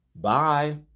Bye